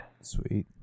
Sweet